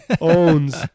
owns